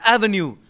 Avenue